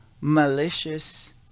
malicious